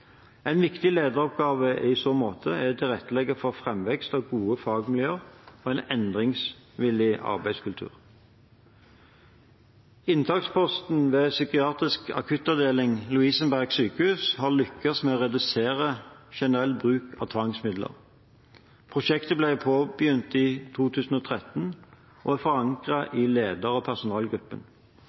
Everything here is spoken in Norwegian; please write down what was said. En viktig lederoppgave i så måte er å tilrettelegge for framvekst av gode fagmiljøer og en endringsvillig arbeidskultur. Inntaksposten ved psykiatrisk akuttavdeling ved Lovisenberg Diakonale Sykehus har lyktes med å redusere generell bruk av tvangsmidler. Prosjektet ble påbegynt i 2013 og er forankret i leder- og personalgruppen.